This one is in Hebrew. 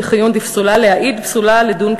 דכיוון דפסולה להעיד פסולה לדון,